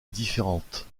différente